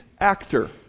actor